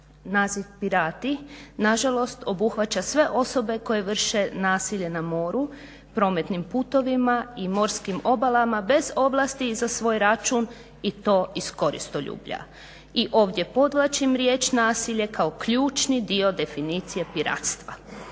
Naziv pirati nažalost obuhvaća sve osobe koje vrše nasilje na moru, prometnim putovima i morskim obala bez ovlasti i za svoj račun i to iz koristoljublja. I ovdje podvlačim riječ nasilje kao ključni dio definicije piratstva.